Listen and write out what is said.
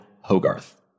Hogarth